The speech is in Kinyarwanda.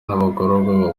n’abagororwa